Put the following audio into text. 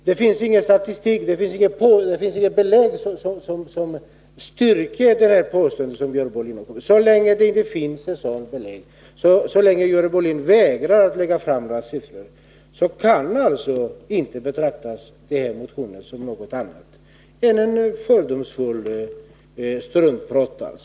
Det finns ingenting som stärker hennes påstående, och så länge Görel Bohlin vägrar att lägga fram några siffror kan motionen inte betraktas som något annat än fördomsfullt struntprat.